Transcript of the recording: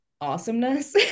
awesomeness